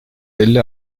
elli